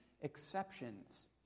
exceptions